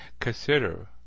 Consider